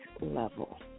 level